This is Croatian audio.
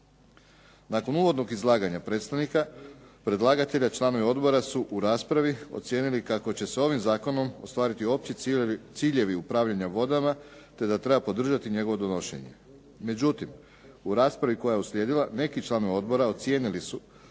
Nakon uvodnog izlaganja predstavnika predlagatelja članovi odbora su u raspravi ocijenili kako će se ovim zakonom ostvariti opći ciljevi upravljanja vodama, te da treba podržati njegovo donošenje. Međutim, u raspravi koja je uslijedila, neki članovi odbora ocijenili su